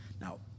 Now